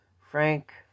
Frank